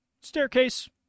Staircase